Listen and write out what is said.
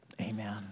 Amen